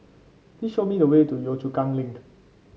please show me the way to Yio Chu Kang Link